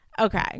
Okay